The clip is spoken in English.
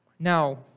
Now